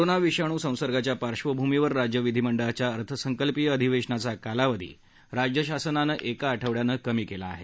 corona विषाणू संसर्गाच्या पार्श्वभूमीवर राज्य विधिमंडळाच्या अर्थसंकल्पीय अधिवेशनाचा कालावधी राज्य शासनानं एक आठवड्यानं कमी केला आहे